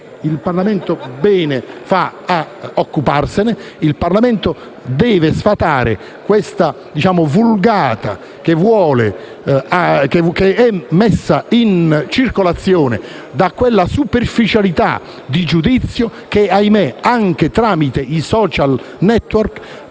il Parlamento a occuparsene. Il Parlamento deve sfatare la vulgata messa in circolazione da quella superficialità di giudizio che - ahimè - anche tramite i *social network*,